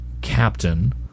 Captain